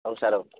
औ सार औ